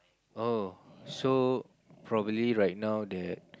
oh so probably right now that